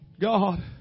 God